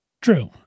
True